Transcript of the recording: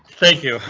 thank you.